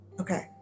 Okay